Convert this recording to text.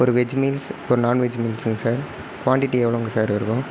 ஒரு veg meals ஒரு non veg மீல்ஸ்ங்க சார் குவான்டிட்டி எவ்வளோங்க சார் இருக்கும்